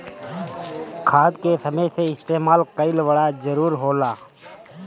खाद के समय से इस्तेमाल कइल बड़ा जरूरी होला